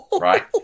right